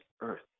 earth